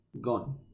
gone